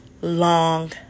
long